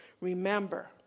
remember